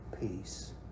peace